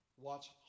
watch